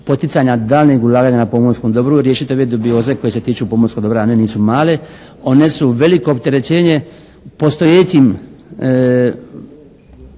poticanja daljnjeg ulaganja na pomorskom dobru riješiti ove dubioze koje se tiču pomorskog dobra. One nisu male, one su veliko opterećenje postojećim,